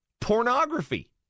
pornography